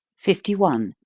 fifty one.